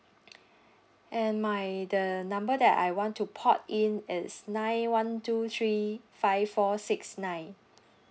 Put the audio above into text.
and my the number that I want to port in is nine one two three five four six nine